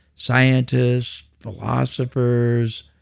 scientists, philosophers,